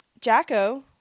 Jacko